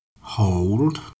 Hold